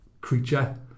creature